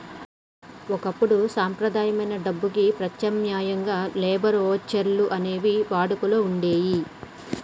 ఒకప్పుడు సంప్రదాయమైన డబ్బుకి ప్రత్యామ్నాయంగా లేబర్ వోచర్లు అనేవి వాడుకలో వుండేయ్యి